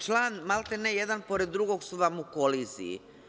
Član maltene jedan pored drugog, su vam u koliziji.